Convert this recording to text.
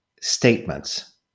statements